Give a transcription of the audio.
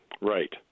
Right